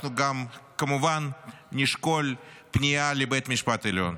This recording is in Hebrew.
אנחנו גם כמובן נשקול פניה לבית משפט העליון,